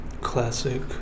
classic